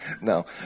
No